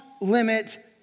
limit